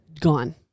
gone